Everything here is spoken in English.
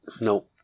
No